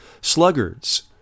sluggards